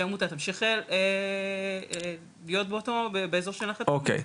שהעמותה תמשיך להיות באזור --- אוקיי.